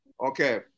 Okay